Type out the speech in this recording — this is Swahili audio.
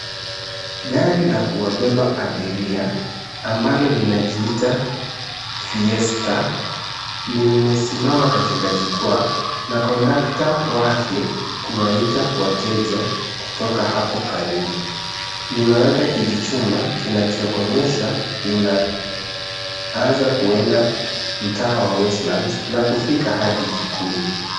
Gari la kuwabeba abiria, ambalo linajiita Fiesta limesimama katika jukwaa na kondakta wake kuwaita wateja kutoka hapo karibu. Limeweka kijichuma kinachoonyesha inaanza kuenda mtaa wa Westlands na kufika hadi Kikuyu.